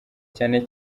cyane